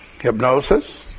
Hypnosis